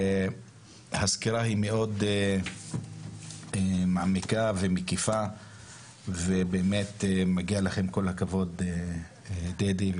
הסקירה היא מאוד מעמיקה ומקיפה ובאמת מגיע לכם כל הכבוד דדי,